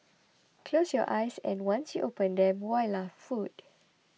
close your eyes and once you open them voila food